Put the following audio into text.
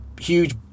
huge